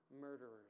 murderers